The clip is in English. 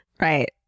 Right